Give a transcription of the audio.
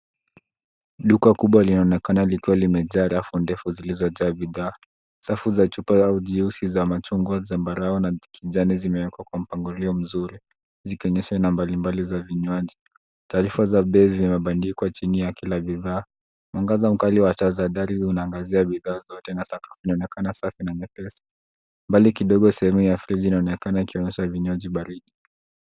Duka kubwa linaonekana likiwa limejaa rafu ndefu zilizojaa bidhaa. Safu za chupa au juisi za machungu, zambarau na kijani zimewekwa kwa mpangilio mzuri, zikionyesha aina mbalimbali za vinywaji. Taarifa za bei zimebandikwa chini ya kila bidhaa. Mwangaza mkali wa taa za dari zinaangazia bidhaa zote na sakafu inaonekana safi na nyepesi. Mbali kidogo, sehemu ya friji inaonekana ikionyesha vinywaji baridi.